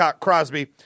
Crosby